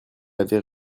avait